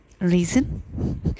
reason